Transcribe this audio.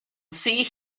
see